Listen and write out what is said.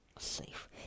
safe